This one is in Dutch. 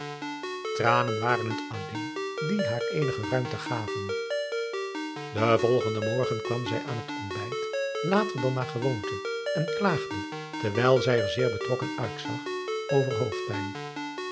ranen waren het alleen die haar eenige ruimte gaven en volgenden morgen kwam zij aan het ontbijt later dan naar gewoonte en klaagde terwijl zij er zeer betrokken uitzag over hoofdpijn